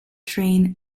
train